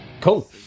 cool